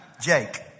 Jake